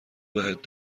بهت